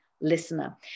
listener